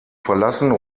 verlassen